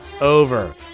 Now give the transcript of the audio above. over